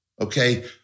okay